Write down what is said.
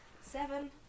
Seven